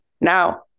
Now